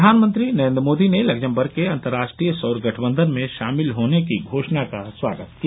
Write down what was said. प्रधानमंत्री नरेन्द्र मोदी ने लग्जमबर्ग के अंतर्राष्ट्रीय सौर गठबंधन में शामिल होने की घोषणा का स्वागत किया